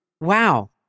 Wow